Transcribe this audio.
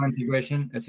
Integration